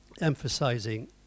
emphasizing